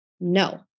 no